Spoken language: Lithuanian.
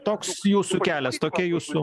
toks jūsų kelias tokia jūsų